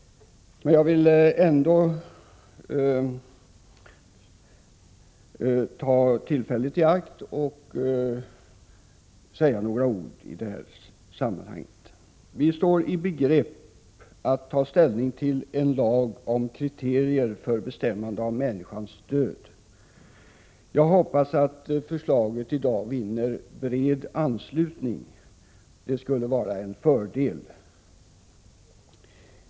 Men jag vill ändå ta tillfället i akt och säga några ord i sammanhanget. Vi står i begrepp att ta ställning till en lag om kriterier för bestämmande av människans död. Jag hoppas att förslaget i dag vinner bred anslutning. Det skulle vara en fördel.